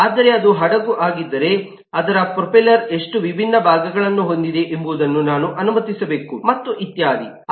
ಆದರೆ ಅದು ಹಡಗು ಆಗಿದ್ದರೆ ಅದರ ಪ್ರೊಪೆಲ್ಲರ್ ಎಷ್ಟು ವಿಭಿನ್ನ ಭಾಗಗಳನ್ನು ಹೊಂದಿದೆ ಎಂಬುದನ್ನು ನಾನು ಅನುಮತಿಸಬೇಕು ಮತ್ತು ಇತ್ಯಾದಿ